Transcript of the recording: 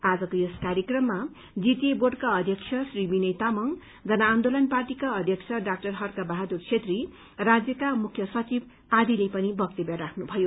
आजको यस कार्यक्रममा जीटीए बोर्डका अध्यक्ष श्री विनय तामाङ जन आन्दोलन पार्टीका अध्यक्ष डा हर्क बहादुर छेत्री राज्यका मुख्य सचिव आदिले पनि वक्तव्य राख्नुमयो